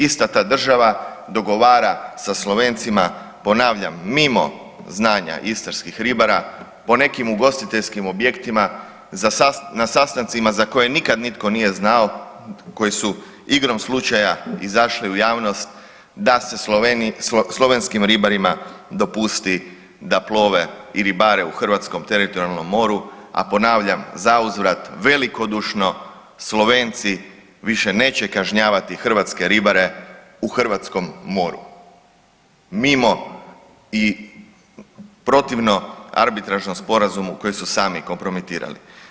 Ista ta država dogovara sa Slovencima, ponavljam, mimo znanja istarskih ribara, po nekim ugostiteljskim objektima na sastancima za koje nikad nitko nije znao, koji su igrom slučaja izašli u javnost da se slovenskim ribarima dopusti da plove i ribare u hrvatskom teritorijalnom moru, a ponavljam, zauzvrat, velikodušno Slovenci više neće kažnjavati hrvatske ribare u hrvatskom moru, mimo i protivno arbitražnom sporazumu koji su sami kompromitirali.